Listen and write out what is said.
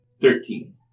thirteen